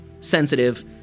sensitive